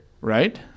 Right